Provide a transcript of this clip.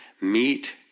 meet